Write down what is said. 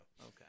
Okay